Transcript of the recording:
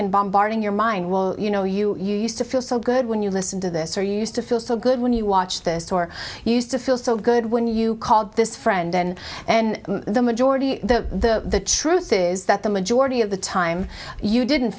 and bombarding your mind well you know you used to feel so good when you listen to this or used to feel so good when you watch this or used to feel so good when you called this friend then and the majority the truth is that the majority of the time you didn't